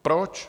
Proč?